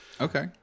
Okay